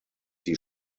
die